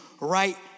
right